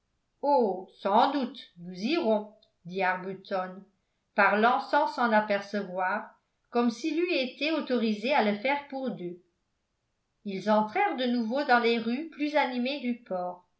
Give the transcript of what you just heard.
sans doute nous irons dit arbuton parlant sans s'en apercevoir comme s'il eût été autorisé à le faire pour deux ils entrèrent de nouveau dans les rues plus animées du port